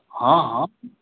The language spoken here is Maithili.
हँ हँ